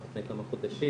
רק לפני כמה חודשים,